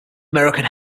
american